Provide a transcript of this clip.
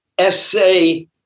essay